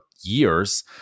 years